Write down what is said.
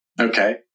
Okay